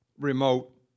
remote